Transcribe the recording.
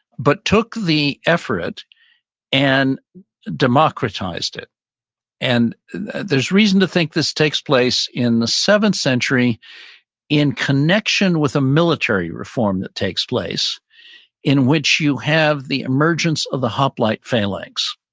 but took the effort and democratized it and there's reason to think this takes place in the seventh century in connection with a military reform that takes place in which you have the emergence of the hoplite phalanx.